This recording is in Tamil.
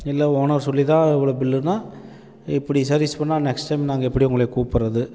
இல்லை ஓனர் சொல்லிதான் இவ்வளோ பில்லுனால் இப்படி சர்வீஸ் பண்ணிணா நெக்ஸ்ட் டைம் நாங்கள் எப்படி உங்களை கூப்பிட்றது